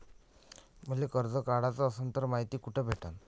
मले कर्ज काढाच असनं तर मायती कुठ भेटनं?